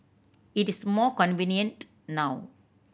it is more convenient now